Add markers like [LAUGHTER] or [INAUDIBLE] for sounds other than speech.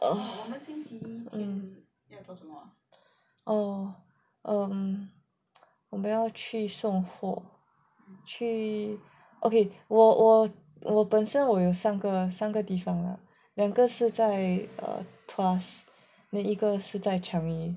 [BREATH] oh um 我们要去送货去 okay 我我我本身我有三个三个地方 lah 两个是在 tuas then 一个是在 changi